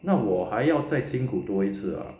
那我还要再辛苦多一次啊